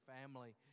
family